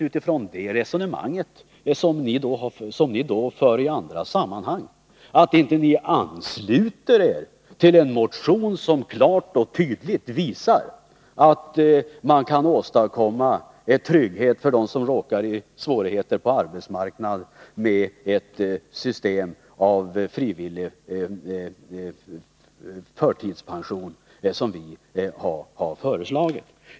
Utifrån det resonemang som ni för i andra sammanhang är det ganska egendomligt att ni inte ansluter er till en motion som klart och tydligt visar hur man kan åstadkomma trygghet för den som råkar i svårigheter på arbetsmarknaden med ett system av frivillig förtidspensionering sådant som det vi har föreslagit.